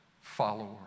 follower